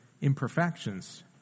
imperfections